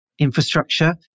infrastructure